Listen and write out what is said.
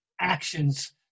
actions